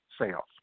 sales